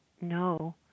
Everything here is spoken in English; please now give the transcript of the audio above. no